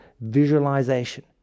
visualization